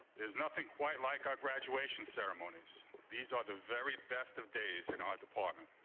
there's nothing quite like our graduation ceremonies these are the very best of days in our department.